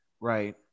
Right